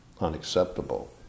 unacceptable